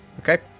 Okay